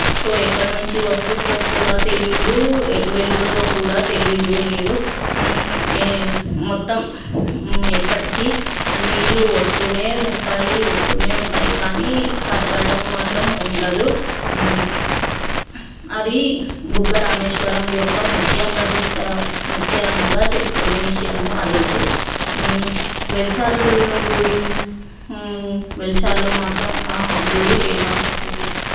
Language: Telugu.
సో ఎక్కడి నుంచి వస్తుందో కూడా తెలియదు ఎటు వెళ్తుందో కూడా తెలియదు నీరు ఏ మొత్తం ఎప్పటికీ ఆ నీళ్లు వస్తూనే ఉంటాయి వస్తూనే ఉంటాయి కానీ తగ్గడం మాత్రం ఉండదు అది బుగ్గ రామేశ్వరం యొక్క ముఖ్య ప్రతిష్ట ముఖ్యంగా చెప్పుకునే విషయము అది అయితే వెల్చార్ల గుడి వెల్చారులో మాత్రం గుడి ఫేమస్